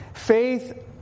Faith